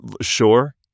sure